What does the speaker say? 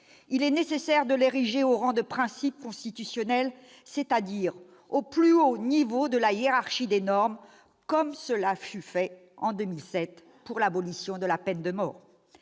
il est nécessaire d'ériger celui-ci au rang de principe constitutionnel, c'est-à-dire au plus haut niveau de la hiérarchie des normes, comme cela fut fait en 2007 pour l'abolition de la peine de mort.